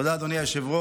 תודה, אדוני היושב-ראש.